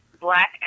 black